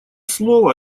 слово